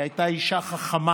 היא הייתה אישה חכמה